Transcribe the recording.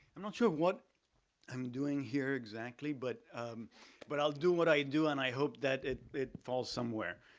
i'm not sure what i'm doing here exactly, but but i'll do what i do and i hope that it it falls somewhere.